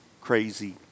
crazy